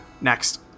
Next